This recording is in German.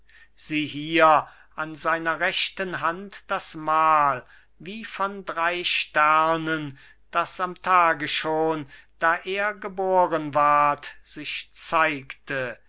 sieh hier an seiner rechten hand das mahl wie von drei sternen das am tage schon da er geboren ward sich zeigte